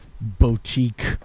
boutique